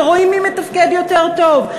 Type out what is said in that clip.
ורואים מי מתפקד יותר טוב.